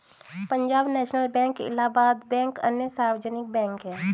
Punjab national bank Allahabad bank अन्य सार्वजनिक bank है